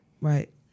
Right